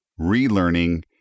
relearning